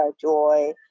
joy